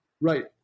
Right